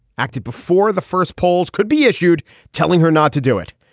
acted before the first polls could be issued telling her not to do it.